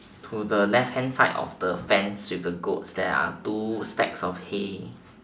to the left hand side of the fence with the goats there are two stacks of hay